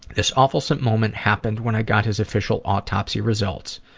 this awfulsome moment happened when i got his official autopsy results.